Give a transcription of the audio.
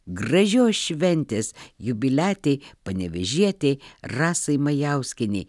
gražios šventės jubiliatei panevėžietei rasai majauskienei